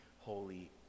holy